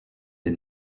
des